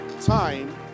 time